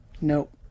Nope